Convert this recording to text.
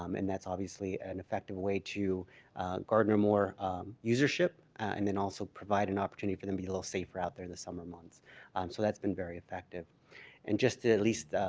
um and that's obviously an effective way to garden or more user ship and then also provide an opportunity for them be a little safer out there the summer months so that's been very effective and just at least